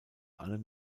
allem